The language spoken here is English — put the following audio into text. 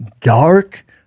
dark